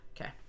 Okay